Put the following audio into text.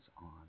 on